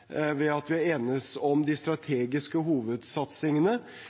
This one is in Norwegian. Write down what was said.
ved at vi enes om de strategiske hovedsatsingene